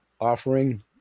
offering